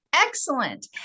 Excellent